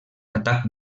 atac